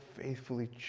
faithfully